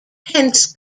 hence